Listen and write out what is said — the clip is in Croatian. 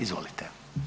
Izvolite.